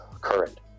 current